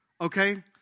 Okay